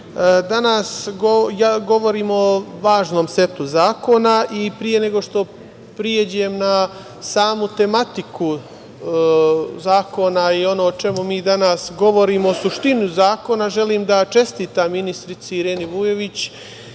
danas govorimo o važnom setu zakona i pre nego što pređem na samu tematiku zakona i ono o čemu mi danas govorimo, suštinu zakona, želim da čestitam ministarki Ireni Vujović